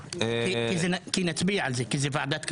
כי נצביע על זה, כי זאת ועדת כלכלה.